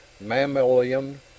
mammalian